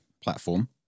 platform